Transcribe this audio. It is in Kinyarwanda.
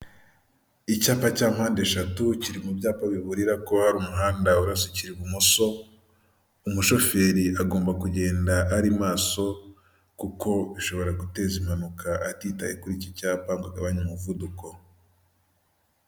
Icyapa cya mpandeshatu kiri mu byapa biburira ko hari umuhanda urasukira ibumoso; umushoferi agomba kugenda ari maso, kuko ashobora guteza impanuka atitaye kuri iki cyapa ngo agabanye umuvuduko.